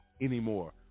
anymore